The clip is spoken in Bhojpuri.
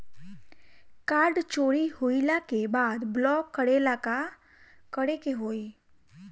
कार्ड चोरी होइला के बाद ब्लॉक करेला का करे के होई?